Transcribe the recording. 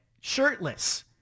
shirtless